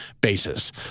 basis